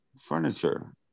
furniture